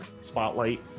spotlight